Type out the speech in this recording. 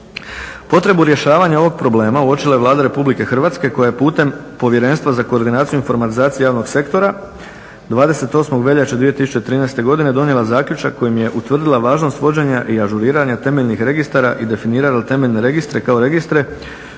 Potrebnu rješavanja ovog problema uočila je Vlada RH koja je putem povjerenstva za koordinaciju i informatizaciju javnog sektora, 28. veljače 2013. donijela zaključak kojim je utvrdila važnost vođenja i ažuriranja temeljnih registara i definirala temeljne registre kao registre